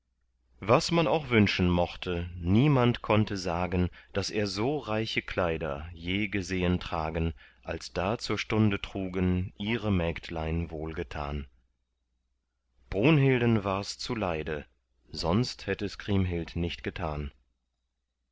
was man auch wünschen mochte niemand konnte sagen daß er so reiche kleider je gesehen tragen als da zur stunde trugen ihre mägdlein wohlgetan brunhilden wars zuleide sonst hätt es kriemhild nicht getan